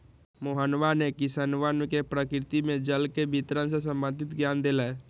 मोहनवा ने किसनवन के प्रकृति में जल के वितरण से संबंधित ज्ञान देलय